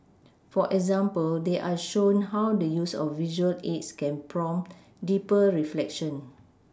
for example they are shown how the use of visual aids can prompt deeper reflection